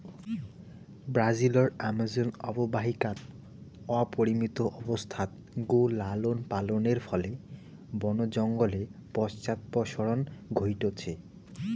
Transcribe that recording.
ব্রাজিলর আমাজন অববাহিকাত অপরিমিত অবস্থাত গো লালনপালনের ফলে বন জঙ্গলের পশ্চাদপসরণ ঘইটছে